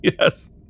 yes